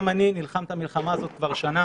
גם אני נלחם את המלחמה הזו כבר שנה,